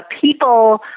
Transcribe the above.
people